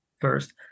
first